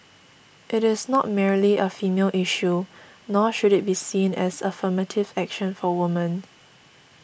it is not merely a female issue nor should it be seen as affirmative action for women